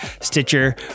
Stitcher